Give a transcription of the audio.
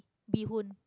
bee-hoon